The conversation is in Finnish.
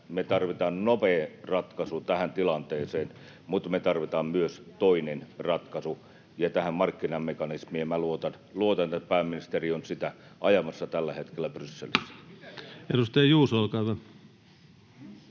me tarvitaan nopea ratkaisu tähän tilanteeseen mutta me tarvitaan myös toinen ratkaisu ja myös tähän markkinamekanismiin, ja minä luotan, että pääministeri on sitä ajamassa tällä hetkellä Brysselissä. [Perussuomalaisten